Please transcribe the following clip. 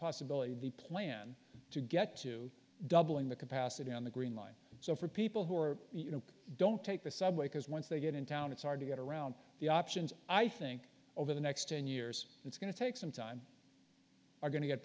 possibility of the plan to get to doubling the capacity on the green line so for people who are you know don't take the subway because once they get in town it's hard to get around the options i think over the next ten years it's going to take some time are going to get